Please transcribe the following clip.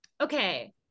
okay